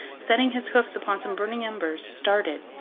setting his hoofs upon some burning embers, started,